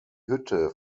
hütte